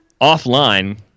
Offline